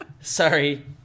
Sorry